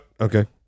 okay